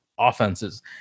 offenses